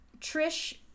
Trish